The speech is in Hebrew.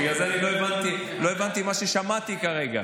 בגלל זה לא הבנתי מה ששמעתי כרגע.